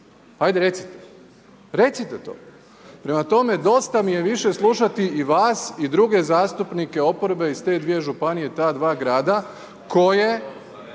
Hajde recite. Recite to. Prema tome, dosta mi je više slušati i vas i druge zastupnike oporbe iz te dvije županije, ta dva grada, koje